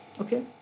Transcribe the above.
okay